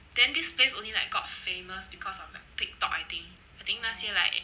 then this place only like got famous because of the TikTok I think I think 那些 like